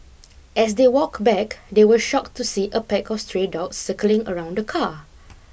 as they walked back they were shock to see a pack of stray dogs circling around the car